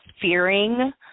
fearing